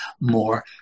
more